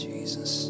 Jesus